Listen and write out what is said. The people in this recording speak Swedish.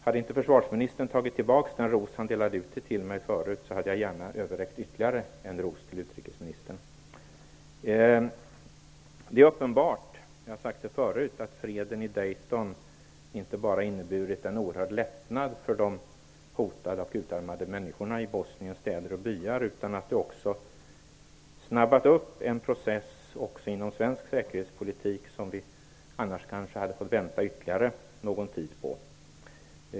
Hade inte försvarsministern tagit tillbaka den ros han delade ut till mig förut hade jag gärna överräckt ytterligare en ros till utrikesministern. Det är uppenbart, som jag har sagt förut, att freden i Dayton inte bara har inneburit en oerhörd lättnad för de hotade och utarmade människorna i Bosniens städer och byar utan också har snabbat på en process inom svensk säkerhetspolitik som vi annars hade fått vänta ytterligare någon tid på.